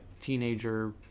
teenager